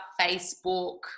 Facebook